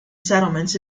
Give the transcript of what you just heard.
settlements